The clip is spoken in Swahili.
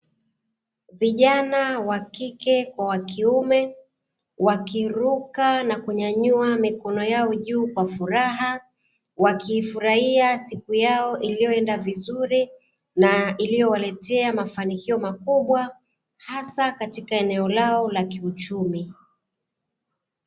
Vijana wa kike kwa wa kiume, wakiruka na kunyanyua mikono yao juu kwa furaha, wakiifurahia siku yao iliyoenda vizuri, na iliyowaletea mafanikio makubwa, hasa katika eneo lao la kiuchumi.